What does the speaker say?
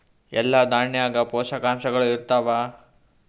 ಎಲ್ಲಾ ದಾಣ್ಯಾಗ ಪೋಷಕಾಂಶಗಳು ಇರತ್ತಾವ?